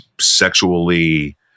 sexually